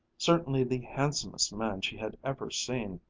certainly the handsomest man she had ever seen,